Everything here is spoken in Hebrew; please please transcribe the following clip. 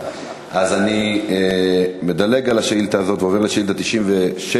אז אני מדלג על השאילתה הזאת ועובר לשאילתה 97,